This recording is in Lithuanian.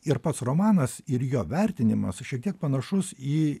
ir pats romanas ir jo vertinimas šiek tiek panašus į